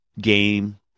game